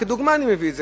כדוגמה אני מביא את זה,